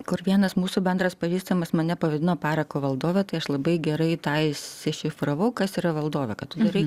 kur vienas mūsų bendras pažįstamas mane pavadino parako valdove tai aš labai gerai tą išsišifravau kas yra valdovė kad tu darai